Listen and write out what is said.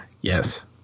Yes